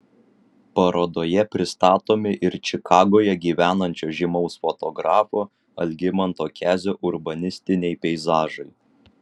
parodoje pristatomi ir čikagoje gyvenančio žymaus fotografo algimanto kezio urbanistiniai peizažai